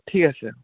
ঠিক আছে